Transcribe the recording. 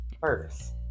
first